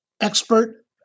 expert